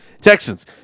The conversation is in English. Texans